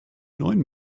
neuen